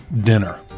dinner